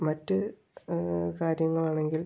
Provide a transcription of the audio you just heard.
മറ്റ് കാര്യങ്ങൾ ആണെങ്കിൽ